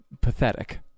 pathetic